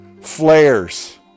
flares